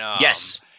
Yes